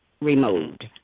removed